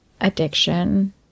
addiction